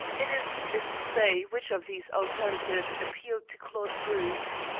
it is needless to say which of these alternatives appealed to claude bruce.